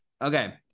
Okay